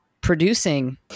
producing